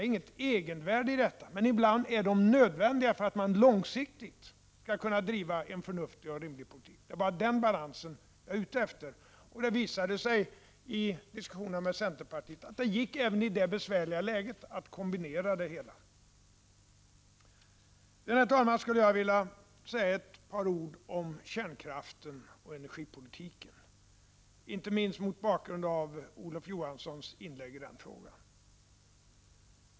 Det är inget egenvärde i detta, men ibland är de nödvändiga för att man långsiktigt skall kunna driva en förnuftig och rimlig politik. Det är den balansen jag är ute efter. Det visade sig i diskussionen med centerpartiet att det även i det besvärliga läget gick att kombinera det hela. Herr talman! Jag skulle även vilja säga några ord om kärnkraften och energipolitiken, inte minst mot bakgrund av Olof Johanssons inlägg i frågan.